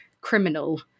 criminal